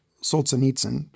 Solzhenitsyn